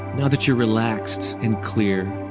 now that you're relaxed and clear,